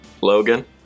Logan